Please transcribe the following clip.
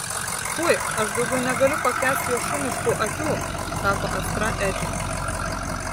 fui aš daugiau negaliu pakęsti jo šuniškų akių sako astra edžiui